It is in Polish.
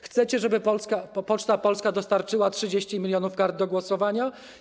Chcecie, żeby Poczta Polska dostarczyła 30 mln kart do głosowania?